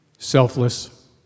selfless